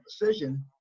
decision